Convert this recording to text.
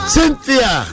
Cynthia